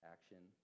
action